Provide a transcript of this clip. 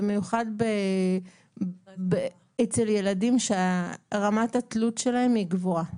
במיוחד אצל ילדים שרמת התלות שלהם היא גבוהה.